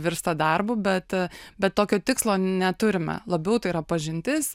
virsta darbu bet bet tokio tikslo neturime labiau tai yra pažintis